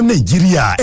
Nigeria